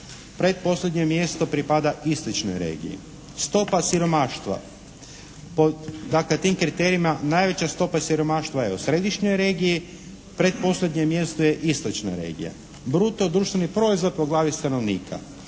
Pretposljednje mjesto pripada istočnoj regiji. Stopa siromaštva, po dakle tim kriterijima najveća stopa siromaštva je u središnjoj regiji, pretposljednje mjesto je istočna regija. Bruto društveni proizvod po glavi stanovnika.